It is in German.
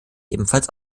ebenfalls